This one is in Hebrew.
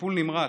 לטיפול נמרץ,